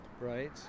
Right